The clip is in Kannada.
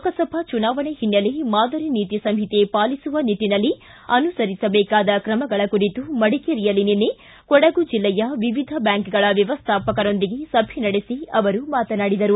ಲೋಕಸಭಾ ಚುನಾವಣೆ ಹಿನ್ನೆಲೆ ಮಾದರಿ ನೀತಿ ಸಂಹಿತೆ ಪಾಲಿಸುವ ನಿಟ್ಟಿನಲ್ಲಿ ಅನುಸರಿಸಬೇಕಾದ ಕ್ರಮಗಳ ಕುರಿತು ಮಡಿಕೇರಿಯಲ್ಲಿ ನಿನ್ನೆ ಕೊಡಗು ಜಿಲ್ಲೆಯ ವಿವಿಧ ಬ್ಯಾಂಕ್ಗಳ ವ್ಯವಸ್ಟಾಪಕರೊಂದಿಗೆ ಸಭೆ ನಡೆಸಿ ಅವರು ಮಾತನಾಡಿದರು